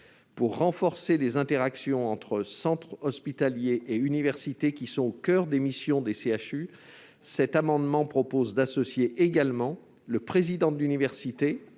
Pour renforcer les interactions entre centres hospitaliers et universités, qui sont au coeur des missions des CHU, nous proposons d'associer également le président de l'université